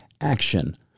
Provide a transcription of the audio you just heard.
action